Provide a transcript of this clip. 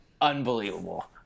unbelievable